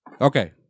Okay